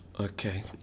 Okay